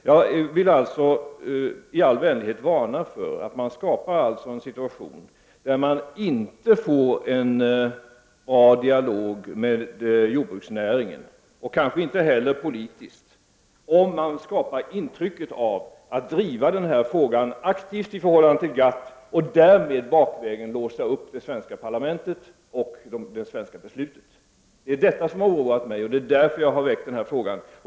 Jag vill således i all välmening varna för att man här skapar en situation, där man inte kan få till stånd någon bra dialog med representanter för jordbruksnäringen och kanske inte heller med olika politiska organ. Detta blir fallet om man skapar intrycket av att driva denna fråga aktivt i förhållande till GATT och därmed bakvägen ”låsa upp” det svenska parlamentet och det svenska beslutet. Det är detta som har oroat mig, och det är därför jag har väckt den här frågan.